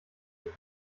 with